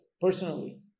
personally